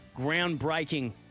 groundbreaking